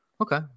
Okay